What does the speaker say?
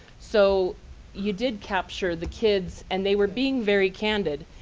so you did capture the kids, and they were being very candid.